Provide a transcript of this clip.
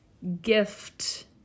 gift